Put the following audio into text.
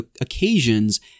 occasions